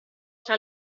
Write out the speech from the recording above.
tra